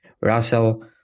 Russell